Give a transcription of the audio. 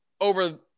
over